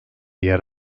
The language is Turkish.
yer